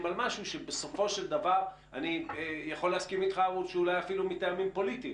על משהו שבסופו של דבר אני יכול להסכים אתך שהוא מטעמים פוליטיים.